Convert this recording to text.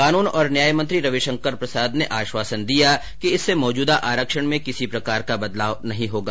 कानून और न्याय मंत्री रविशंकर प्रसाद ने आश्वासन दिया कि इससे मौजूदा आरक्षण में किसी प्रकार का बदलाव नहीं होगा